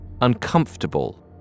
uncomfortable